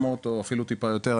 700 או אפילו טיפה יותר,